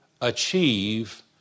achieve